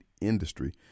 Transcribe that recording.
industry